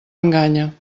enganya